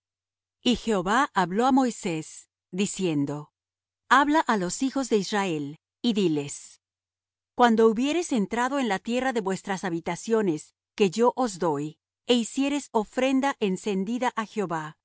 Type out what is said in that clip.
y jehova habló á moisés diciendo habla á los hijos de israel y diles cuando hubiereis entrado en la tierra de vuestras habitaciones que yo os doy e hiciereis ofrenda encendida á jehová